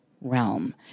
realm